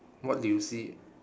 what do you see